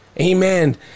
Amen